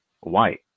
white